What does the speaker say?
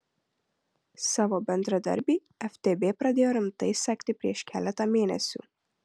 savo bendradarbį ftb pradėjo rimtai sekti prieš keletą mėnesių